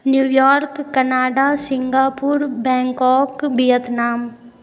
New York Canada Singapore Bangkok Vietnam